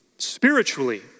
spiritually